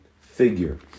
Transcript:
figure